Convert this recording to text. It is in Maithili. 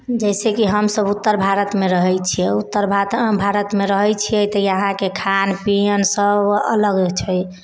जैसेकी हमसब उत्तर भारतमे रहै छियै उत्तर भारतमे रहै छियै तऽ यहाँके खान पियन सब अलग छै